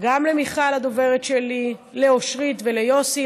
למיכל, הדוברת שלי, לאושרית וליוסי.